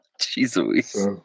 Jesus